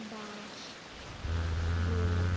Das Gope